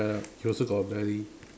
shut up you also got a belly